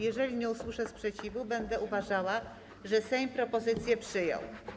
Jeżeli nie usłyszę sprzeciwu, będę uważała, że Sejm propozycję przyjął.